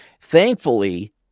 Thankfully